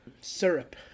syrup